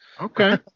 Okay